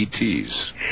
ETs